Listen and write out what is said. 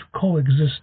coexist